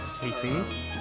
Casey